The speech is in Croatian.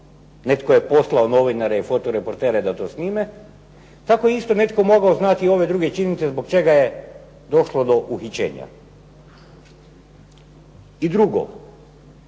netko je poslao novinare i fotoreportere da to snime, tako je isto netko mogao znati i ove druge činjenice zbog čega je došlo do uhićenja. I drugo,